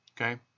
okay